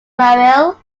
muriel